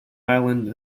island